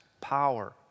power